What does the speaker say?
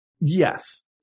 Yes